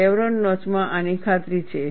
chevron નોચમાં આની ખાતરી છે